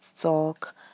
talk